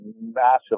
massive